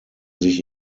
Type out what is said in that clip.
sich